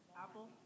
Apple